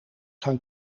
gaan